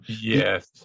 Yes